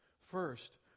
First